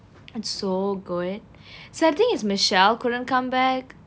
it's so good sad thing is michel couldn't come back